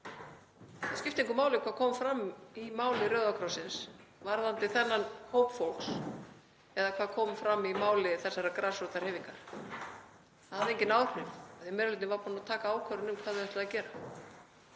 Það skipti engu máli hvað kom fram í máli Rauða krossins varðandi þennan hóp fólks eða hvað kom fram í máli þessarar grasrótarhreyfingar. Það hafði engin áhrif því að meiri hlutinn var búinn að taka ákvörðun um hvað þau ætluðu að gera.